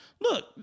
Look